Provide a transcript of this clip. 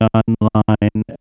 online